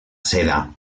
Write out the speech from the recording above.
seda